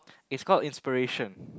it's call inspiration